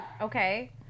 Okay